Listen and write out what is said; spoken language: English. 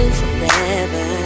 forever